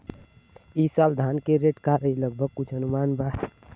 ई साल धान के रेट का रही लगभग कुछ अनुमान बा?